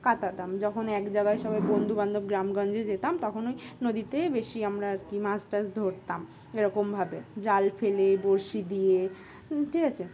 কাটাতাম যখন এক জায়গায় সবাই বন্ধুবান্ধব গ্রামগঞ্জে যেতাম তখন ওই নদীতে বেশি আমরা আর কি মাছটাছ ধরতাম এরকমভাবে জাল ফেলে বঁড়শি দিয়ে ঠিক আছে